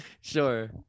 Sure